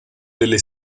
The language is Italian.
delle